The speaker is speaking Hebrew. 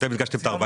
אתם הגשתם את ה-14%.